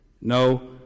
No